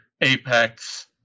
Apex